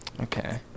okay